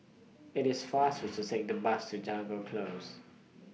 IT IS faster to Take The Bus to Jago Close